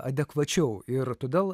adekvačiau ir todėl